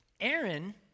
Aaron